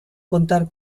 contar